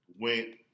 went